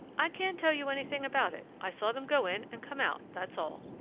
i can't tell you anything about it. i saw them go in and come out, that's all.